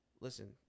Listen